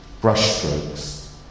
brushstrokes